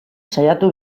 saiatu